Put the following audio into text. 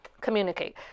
communicate